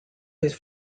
his